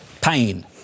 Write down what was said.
Pain